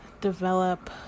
develop